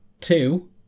Two